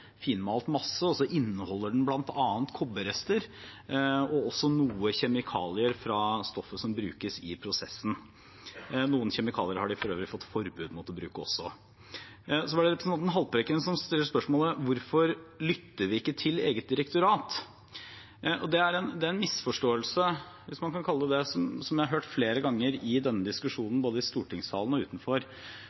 finmalt masse, som bl.a. inneholder kobberrester og også noe kjemikalier fra stoffet som brukes i prosessen. Noen kjemikalier har de for øvrig fått forbud mot å bruke. Så var det representanten Haltbrekken som stilte spørsmålet: Hvorfor lytter vi ikke til eget direktorat? Det er en misforståelse – hvis man kan kalle det det – som jeg har hørt flere ganger i denne diskusjonen både i stortingssalen og utenfor.